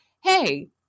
hey